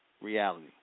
reality